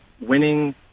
winning